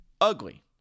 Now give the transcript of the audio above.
ugly